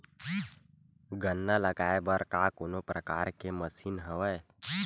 गन्ना लगाये बर का कोनो प्रकार के मशीन हवय?